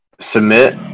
submit